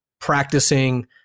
practicing